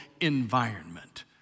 environment